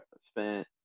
spent